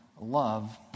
love